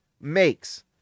makes